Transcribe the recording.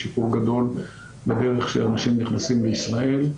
יש שיפור גדול בדרך שאנשים נכנסים לישראל.